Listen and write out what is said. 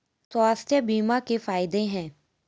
स्वास्थ्य बीमा के फायदे हैं?